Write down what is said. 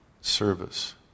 service